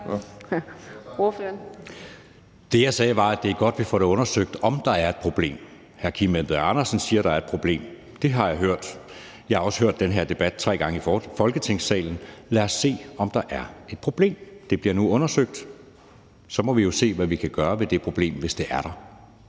sagde, var, at det er godt, at vi får undersøgt, om der er et problem. Hr. Kim Edberg Andersen siger, at der er et problem – det har jeg hørt. Jeg har også hørt den her debat tre gange i Folketingssalen. Lad os se, om der er et problem. Det bliver nu undersøgt, og så må vi jo se, hvad vi kan gøre ved det problem, hvis det er der.